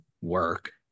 work